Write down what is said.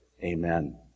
Amen